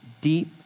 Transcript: deep